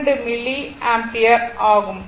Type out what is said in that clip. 2 milliampere ஆகும்